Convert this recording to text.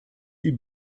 die